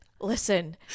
Listen